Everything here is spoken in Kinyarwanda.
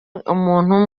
umuntu